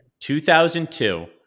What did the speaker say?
2002